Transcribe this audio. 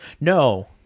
No